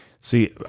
See